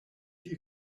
you